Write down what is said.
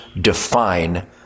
define